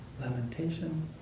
lamentation